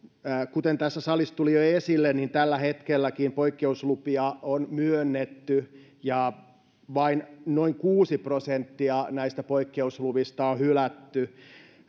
kuten tässä salissa tuli jo esille niin tällä hetkelläkin poikkeuslupia on myönnetty ja vain noin kuusi prosenttia poikkeusluvista on hylätty